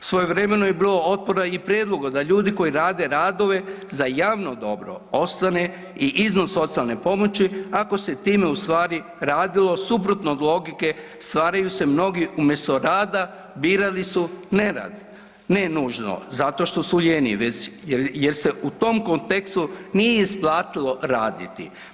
Svojevremeno je bilo otpora i prijedloga da ljudi koji rade radove za javno dobro ostane i iznos socijalne pomoći ako se time ustvari radilo suprotno od logike stvaraju se mnogi umjesto rada birali su ne rad, ne nužno zato što su lijeni već se u tom kontekstu nije isplatilo raditi.